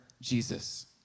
Jesus